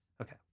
Okay